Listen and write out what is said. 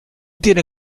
tiene